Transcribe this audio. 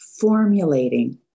formulating